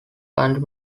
country